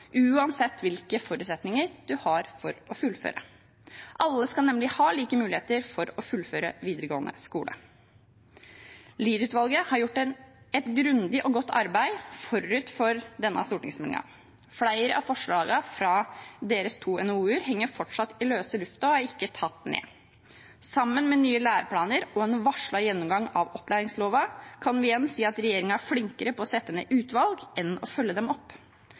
uansett hvilke forutsetninger du har for å fullføre. Alle skal nemlig ha like muligheter for å fullføre videregående skole. Lied-utvalget har gjort et grundig og godt arbeid forut for denne stortingsmeldingen. Flere av forslagene fra deres to NOU-er henger fortsatt i løse lufta, og er ikke tatt ned. Sammen med nye læreplaner og en varslet gjennomgang av opplæringsloven kan vi igjen si at regjeringen er flinkere på å sette ned utvalg enn å følge dem opp.